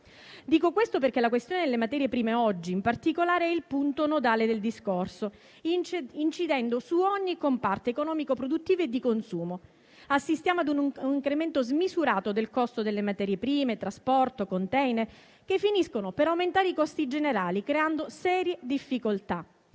biologico. La questione delle materie prime oggi in particolare è il punto nodale del discorso, incidendo su ogni comparto economico-produttivo e di consumo. Assistiamo ad un incremento smisurato del costo delle materie prime, del trasporto, dei *container*, che finisce per incidere sull'aumento dei costi generali, creando serie difficoltà.